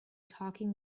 talking